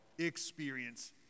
experience